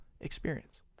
experience